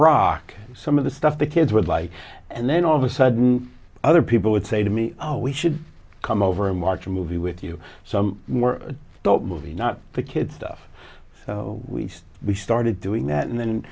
rock some of the stuff the kids would like and then all of a sudden other people would say to me oh we should come over and march a movie with you some more thought movie not the kids stuff so we just we started doing that and then